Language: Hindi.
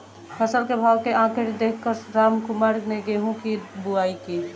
फसल के भाव के आंकड़े देख कर रामकुमार ने गेहूं की बुवाई की